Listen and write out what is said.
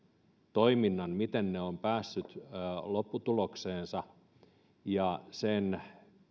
toiminnan miten ne ovat päässeet lopputulokseensa ja sen